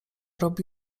robi